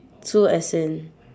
two as in